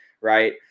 right